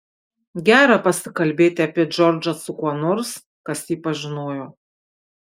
gera pasikalbėti apie džordžą su kuo nors kas jį pažinojo